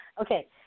Okay